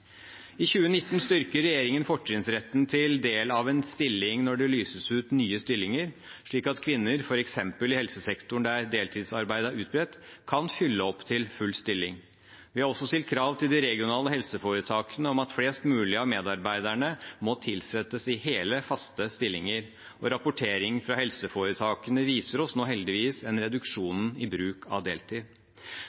I 2019 styrker regjeringen fortrinnsretten til del av en stilling når det lyses ut nye stillinger, slik at kvinner, f.eks. i helsesektoren, der deltidsarbeid er utbredt, kan fylle opp til en full stilling. Vi har også stilt krav til de regionale helseforetakene om at flest mulig av medarbeiderne må tilsettes i hele, faste stillinger. Rapportering fra helseforetakene viser oss nå heldigvis en